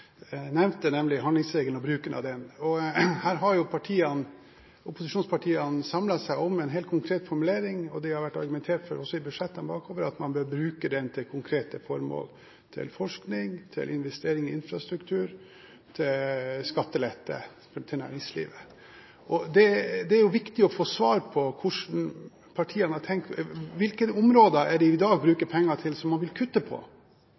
Jeg vil gå til det siste som representanten nevnte, nemlig handlingsregelen og bruken av den. Her har opposisjonspartiene samlet seg om en helt konkret formulering. Det har også i tidligere budsjetter vært argumentert for at man bør bruke den til konkrete formål – til forskning, til investering i infrastruktur og til skattelette for næringslivet. Det er viktig å få svar på hvilke områder man i dag bruker penger på, som man vil kutte